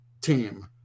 team